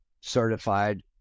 certified